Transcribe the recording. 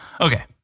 okay